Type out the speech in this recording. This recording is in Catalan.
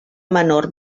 menor